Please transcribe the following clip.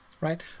right